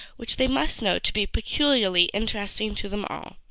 which they must know to be peculiarly interesting to them all.